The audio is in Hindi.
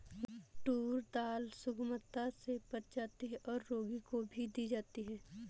टूर दाल सुगमता से पच जाती है और रोगी को भी दी जाती है